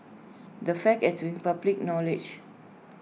the fact has been public knowledge